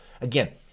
again